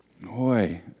Boy